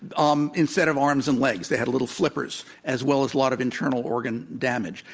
um instead of arms and legs, they had little flippers, as well as a lot of internal organ damage.